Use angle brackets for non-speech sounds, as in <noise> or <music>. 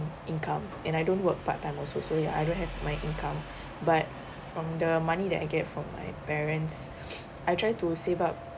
income and I don't work part time also so ya I don't have my income but from the money that I get from my parents <noise> I try to save up